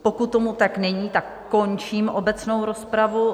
Pokud tomu tak není, končím obecnou rozpravu.